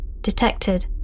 detected